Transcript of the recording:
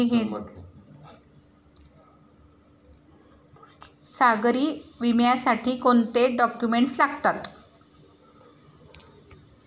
सागरी विम्यासाठी कोणते डॉक्युमेंट्स लागतात?